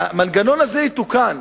המנגנון הזה יתוקן,